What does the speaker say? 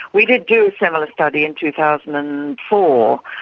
we did do a similar study in two thousand and four,